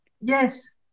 Yes